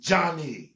Johnny